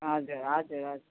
हजुर हजुर हजुर